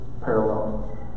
parallel